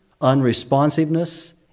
unresponsiveness